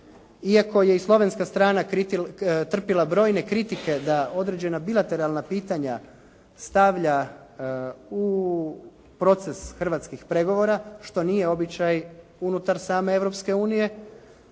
iako je i slovenska strana trpila brojne kritike da određena bilateralna pitanja stavlja u proces hrvatskih pregovora što nije običaj unutar same